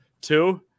two